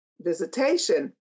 visitation